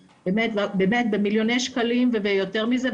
במיליוני שקלים ויותר מזה,